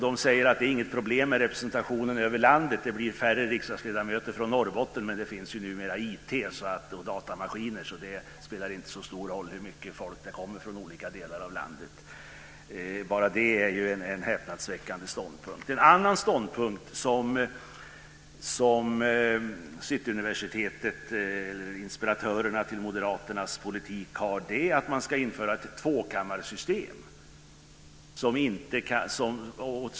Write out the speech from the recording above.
De säger att det inte är något problem med representationen över landet. Det blir färre riksdagsledamöter från Norrbotten, men det finns ju numera IT och datamaskiner, så det spelar inte så stor roll hur mycket folk det kommer från olika delar av landet. Bara det är ju en häpnadsväckande ståndpunkt. En annan ståndpunkt som Cityuniversitetet, inspiratörerna till Moderaternas politik, har är att man ska införa ett tvåkammarsystem.